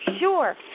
sure